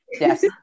yes